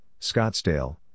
Scottsdale